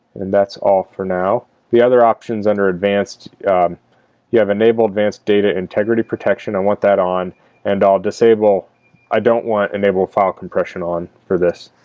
and that's all for now the other options under advanced you have enable advanced data integrity protection and want that on and i'll disable i don't want enable file compression on for this